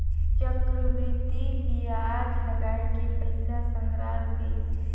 चक्रबृद्धि बियाज लगाय के पइसा संघरात गइस